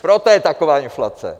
Proto je taková inflace.